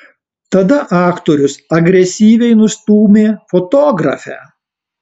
tada aktorius agresyviai nustūmė fotografę